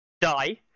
die